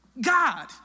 God